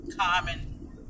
common